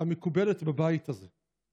המקובלת בבית הזה,